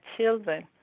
children